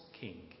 King